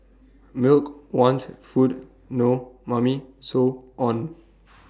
milk want food no Mummy so on